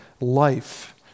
Life